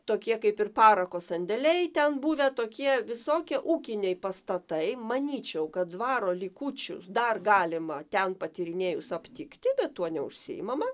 tokie kaip ir parako sandėliai ten buvę tokie visokie ūkiniai pastatai manyčiau kad dvaro likučių dar galima ten patyrinėjus aptikti bet tuo neužsiimama